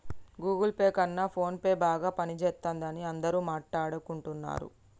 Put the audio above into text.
Google Pay కన్నా ఫోన్పేనే బాగా పనిజేత్తందని అందరూ మాట్టాడుకుంటన్నరు